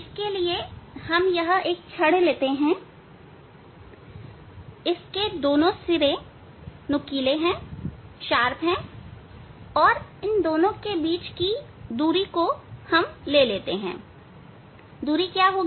इसके लिए यह एक छड़ लेते हैं इसके दोनों सिरे नुकीले हैं और इन दोनों के बीच की दूरी हम लेते हैं दूरी क्या होगी